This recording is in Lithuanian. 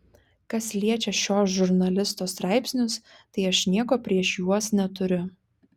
kas liečia šio žurnalisto straipsnius tai aš nieko prieš juos neturiu